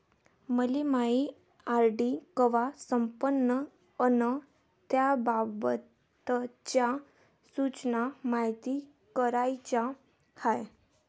मले मायी आर.डी कवा संपन अन त्याबाबतच्या सूचना मायती कराच्या हाय